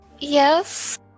Yes